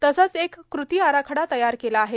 तसंच एक क्रती आराखडा तयार केला आहे